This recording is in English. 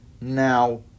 Now